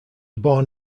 born